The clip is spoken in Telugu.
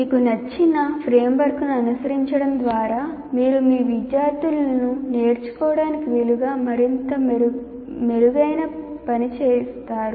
మీకు నచ్చిన ఫ్రేమ్వర్క్ను అనుసరించడం ద్వారా మీరు మీ విద్యార్థులను నేర్చుకోవడానికి వీలుగా మరింత మెరుగైన పని చేస్తారు